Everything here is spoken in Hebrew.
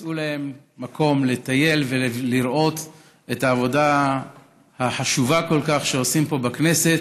מצאו להם מקום לטייל ולראות את העבודה החשובה כל כך שעושים פה בכנסת.